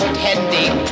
tending